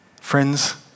Friends